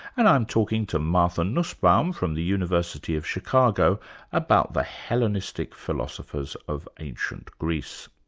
and i'm talking to martha nussbaum from the university of chicago about the hellenistic philosophers of ancient greece.